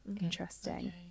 Interesting